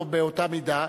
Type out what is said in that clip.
באותה מידה,